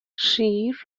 شیر